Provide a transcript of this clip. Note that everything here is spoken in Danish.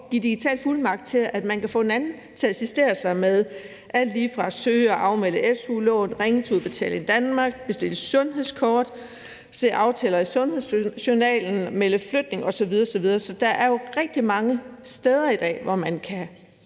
kan give digital fuldmagt til at man kan få en anden til at assistere sig med. Det gælder alt lige fra at søge og afmelde su-lån, ringe til Udbetaling Danmark, bestille sundhedskort, se aftaler i sundhedsjournalen, melde flytning osv. osv. Så der er jo rigtig mange steder, hvor man i